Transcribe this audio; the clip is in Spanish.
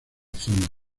zona